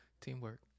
Teamwork